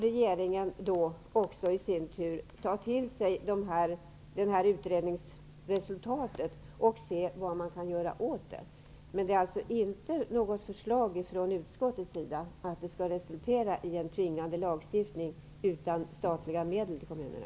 Regeringen skall i sin tur ta till sig utredningsresultatet och se vad man kan göra åt problemet. Men utskottet föreslår inte att detta arbete skall resultera i en tvingande lagstiftning utan statliga medel till kommunerna.